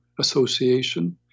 Association